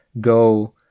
go